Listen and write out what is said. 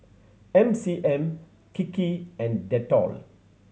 M C M Kiki and Dettol